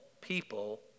people